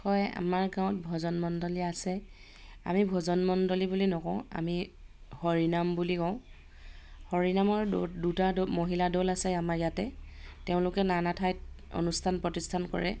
হয় আমাৰ গাঁৱত ভজন মণ্ডলী আছে আমি ভজন মণ্ডলী বুলি নকওঁ আমি হৰিনাম বুলি কওঁ হৰিনামৰ দৌ দুটা মহিলা দল আছে আমাৰ ইয়াতে তেওঁলোকে নানা ঠাইত অনুষ্ঠান প্ৰতিষ্ঠান কৰে